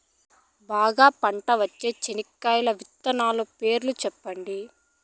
బాగా పంట వచ్చే చెనక్కాయ విత్తనాలు పేర్లు సెప్పండి?